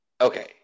Okay